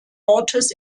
ortes